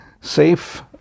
safe